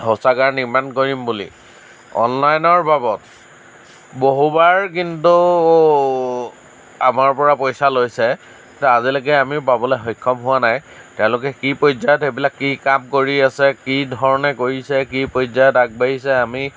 শৌচাগাৰ নিৰ্মাণ কৰিম বুলি অনলাইনৰ বাবদ বহুবাৰ কিন্তু আমাৰ পৰা পইচা লৈছে কিন্তু আজিলৈকে আমি পাবলৈ সক্ষম হোৱা নাই তেওঁলোকে কি পৰ্যায়ত সেইবিলাক কি কাম কৰি আছে কি ধৰণে কৰিছে কি পৰ্যায়ত আগবাঢ়িছে আমি